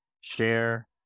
share